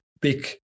big